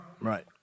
right